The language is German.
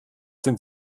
den